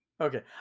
Okay